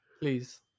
Please